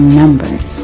numbers